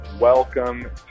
welcome